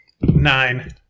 Nine